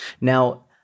Now